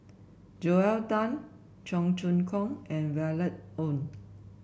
Joel Tan Cheong Choong Kong and Violet Oon